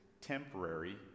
temporary